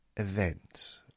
event